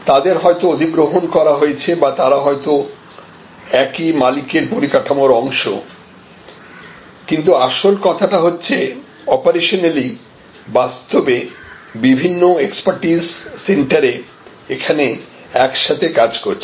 তাদের হয়তো অধিগ্রহণ করা হয়েছে বা তারা হয়তো একই মালিকের পরিকাঠামোর অংশ কিন্তু আসল কথাটা হচ্ছে অপারেশনলি বাস্তবে বিভিন্ন এক্সপার্টিজ সেন্টারে এখানে একসাথে কাজ করছে